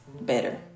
better